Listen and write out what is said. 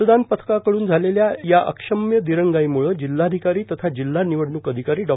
मतदान पथकाकडून झालेल्या या अक्षम्य दिरंगाईमुळे जिल्हाधिकारी तथा जिल्हा निवडणूक अधिकारी डॉ